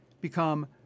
become